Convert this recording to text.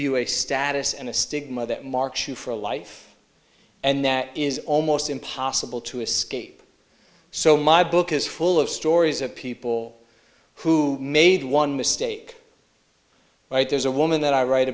you a status and a stigma that marks you for life and that is almost impossible to escape so my book is full of stories of people who made one mistake right there's a woman that i write